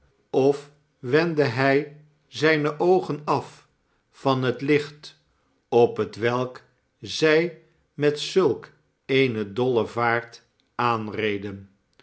of wendde hij zijne oogen af van het hcht op hetwelk zij met zulk eene dolle vaart aanrenden